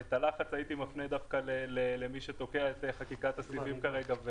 את הלחץ הייתי מפנה דווקא למי שתוקע את חקיקת הסיבים כרגע,